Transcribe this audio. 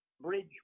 bridge